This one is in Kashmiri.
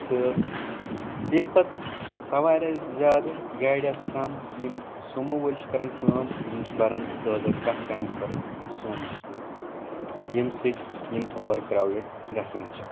تہٕ ییٚلہِ پَتہٕ سوارِ آسہٕ زیادٕ گاڈِ آسہٕ کَم یِم سومو وٲلی چھِ کران کٲم یِم چھِ بران دہ دہ کاہ کاہ نفر سوموَس منٛز ییٚمہِ سۭتۍ یِم اُوَر کراوڈڈ گژھان چھِ